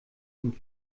sind